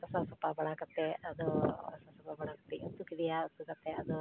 ᱜᱷᱟᱥᱟᱣ ᱥᱟᱯᱷᱟ ᱵᱟᱲᱟ ᱠᱟᱛᱮ ᱟᱫᱚ ᱥᱟᱯᱷᱟ ᱵᱟᱲᱟ ᱠᱟᱛᱮ ᱤᱧ ᱩᱛᱩ ᱠᱮᱫᱮᱭᱟ ᱩᱛᱩ ᱠᱟᱛᱮ ᱟᱫᱚ